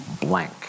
blank